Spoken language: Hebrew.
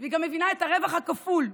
והיא גם מבינה את הרווח הכפול,